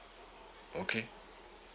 okay